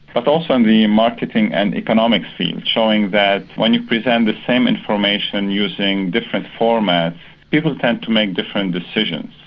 but also in the marketing and economic field showing that when you present the same information using different formats people tend to make different decisions.